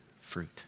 fruit